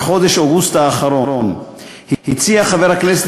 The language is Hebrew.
כשבחודש אוגוסט האחרון הציע חבר הכנסת